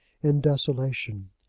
in desolation?